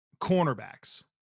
cornerbacks